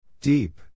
Deep